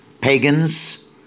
pagans